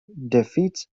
defeats